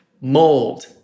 mold